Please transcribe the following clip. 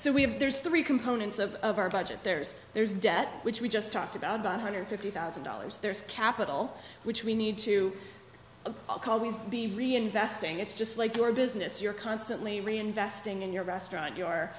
so we've there's three components of our budget there's there's debt which we just talked about about hundred fifty thousand dollars there's capital which we need to be reinvesting it's just like your business you're constantly reinvesting in your restaurant you